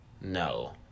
No